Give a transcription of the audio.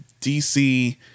DC